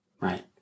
Right